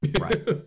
Right